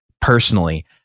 personally